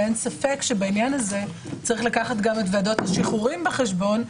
ואין ספק שבעניין הזה צריך לקחת גם את ועדות השחרורים בחשבון,